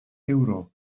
ewro